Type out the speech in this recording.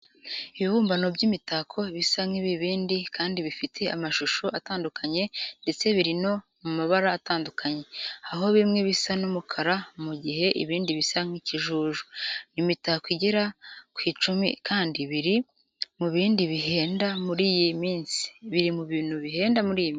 Ibibumbano by'imitako bisa nk'ibibindi kandi bifite amashusho atandukanye ndetse biri no mu mabara atandukanye, aho bimwe bisa n'umukara mu gihe ibindi bisa n'ikijuju. Ni imitako igera ku icumi kandi biri mu bintu bihenda muri iyi minsi.